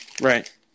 Right